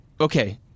Okay